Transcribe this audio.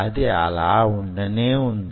అది అలా వుండనే వుంది